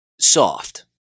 soft